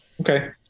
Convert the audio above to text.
Okay